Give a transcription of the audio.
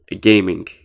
gaming